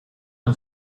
and